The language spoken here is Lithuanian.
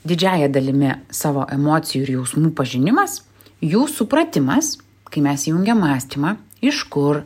didžiąja dalimi savo emocijų ir jausmų pažinimas jų supratimas kai mes jungiam mąstymą iš kur